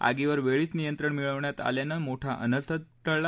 आगीवर वेळीच नियंत्रण मिळवण्यात आल्यानं मोठा अनर्थ टळला